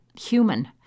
human